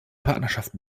partnerschaft